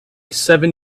seven